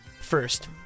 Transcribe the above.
first